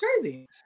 crazy